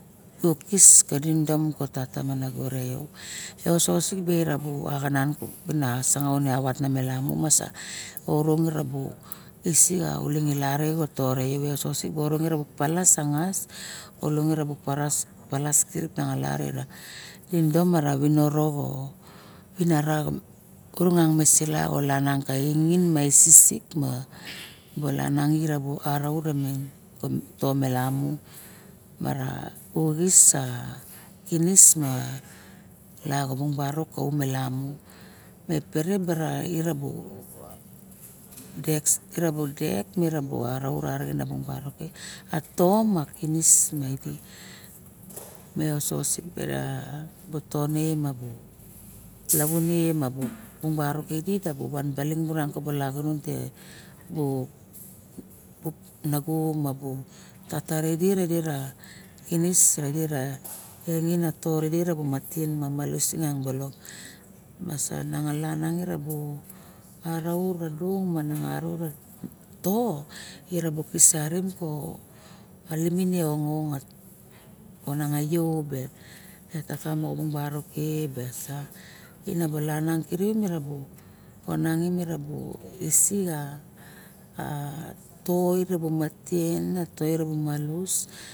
Di ukis ka domon kene tata ne nago me yo soxo su be rabo isi elang toxun no re palas kirip meang kindom mara viniro urango ainging ra isik mo bolang raut tomelamu xis a kinis ia kabung kaum e lamu me pere bara irair abu dek ma rour barok ke me tom ma kinis mardi me osoxo pera bu tone lavune bung barok kidi u van baling to a lagunon te bu nago me bei tata re idi ra kinis reli rava ingin na tone matien mamalus miang balok ma sa niang na xalap erabo arav abing mar bu kis ari liminie ongongat morang a yo be tata kebe bung barok tina bala nan kirip mera be ula kam toira bu matien ma toit ra bu malus